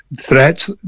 threats